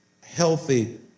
healthy